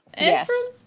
yes